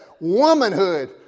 womanhood